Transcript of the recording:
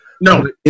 No